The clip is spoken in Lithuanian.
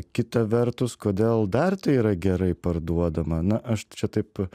kitą vertus kodėl dar tai yra gerai parduodama na aš čia taip